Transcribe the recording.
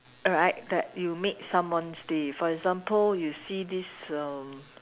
alright that you made someone's day for example you see this err